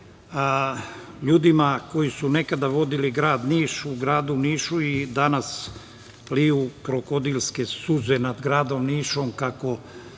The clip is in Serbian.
ljudima koji su nekada vodili grad Niš, u gradu Nišu i danas liju krokodilske suze nad gradom Nišom kako